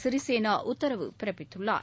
சிறிசேனா உத்தரவு பிறப்பித்துள்ளார்